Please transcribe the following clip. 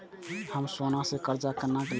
हम सोना से कर्जा केना लैब?